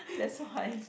that's why